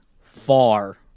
far